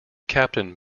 captain